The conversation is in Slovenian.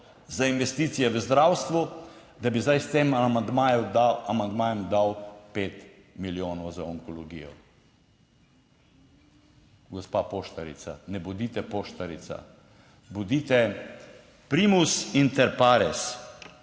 za investicije v zdravstvu, da bi zdaj s tem amandmajem, amandmajem dal pet milijonov za onkologijo. Gospa Poštarica, ne bodite poštarica, bodite "Primus inter pares",